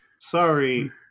Sorry